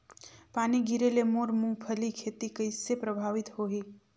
पानी गिरे ले मोर मुंगफली खेती कइसे प्रभावित होही?